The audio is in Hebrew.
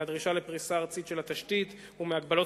מהדרישה לפריסה ארצית של התשתית ומהגבלות